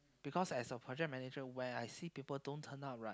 because as a project manager when I see people don't turn up right